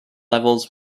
levels